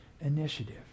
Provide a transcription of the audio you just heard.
initiative